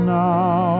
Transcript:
now